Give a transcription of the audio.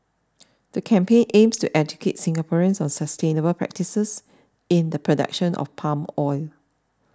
the campaign aims to educate Singaporeans on sustainable practices in the production of palm oil